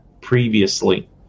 previously